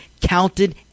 counted